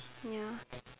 ya